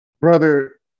Brother